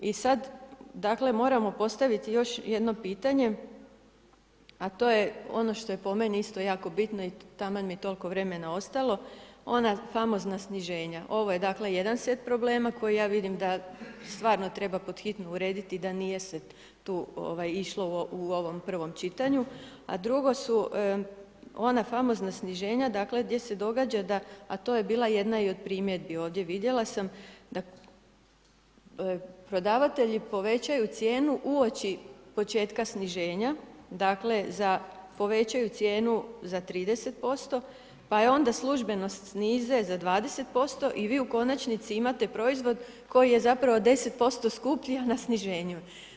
I sada moramo postaviti još jedno pitanje, a to je ono što je po meni, isto jako bitno i taman je toliko vremena ostalo, ona famozna snaženja, ovo je dakle, jedan set problema, koja ja vidim da stvarno treba pod hitno urediti da nije sada tu išlo u ovom prvom čitanju, a drugo su ona famozna sniženja gdje se događa, a to je bila jedna od primjedbi ovdje vidjela sam da prodavatelji povećaju cijenu uoči početka sniženja, dakle za povećaju cijenu za 30% pa je onda službeno snize za 20% i vi u konačnici imate proizvod koji je zapravo 10% skuplji a on na sniženju.